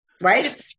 right